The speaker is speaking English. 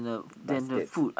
basket